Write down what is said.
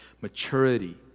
maturity